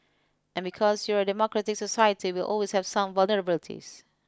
and because you're a democratic society you will always have some vulnerabilities